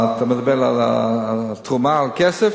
אתה מדבר על התרומה, על הכסף?